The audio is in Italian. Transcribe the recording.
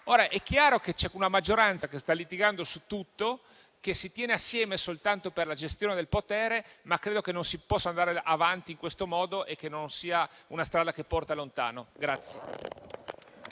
Ora è chiaro che c'è una maggioranza che sta litigando su tutto, che si tiene assieme soltanto per la gestione del potere, ma credo che non si possa andare avanti in questo modo e che questa non sia una strada che porta lontano.